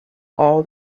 all